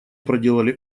проделали